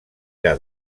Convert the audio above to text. era